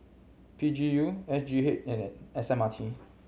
P G U S G H and S M R T